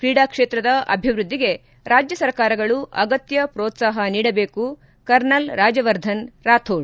ತ್ರೀಡಾ ಕ್ಷೇತ್ರದ ಅಭಿವೃದ್ಧಿಗೆ ರಾಜ್ಯ ಸರ್ಕಾರಗಳು ಅಗತ್ಯ ಪ್ರೋತಾಪ ನೀಡಬೇಕು ಕರ್ನಲ್ ರಾಜ್ಯವರ್ಧನ್ ರಾಥೋಡ್